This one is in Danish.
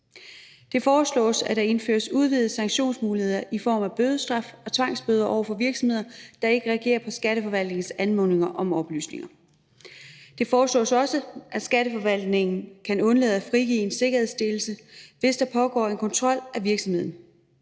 Det foreslås, at der indføres øgede sanktionsmuligheder i form af bødestraf og tvangsbøder for virksomheder, der ikke reagerer på Skatteforvaltningens anmodninger om oplysninger. Det foreslås også, at Skatteforvaltningen kan undlade at frigive en sikkerhedsstillelse, hvis der pågår en kontrol af virksomheden.